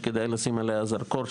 שכדאי לשים עליה זרקור.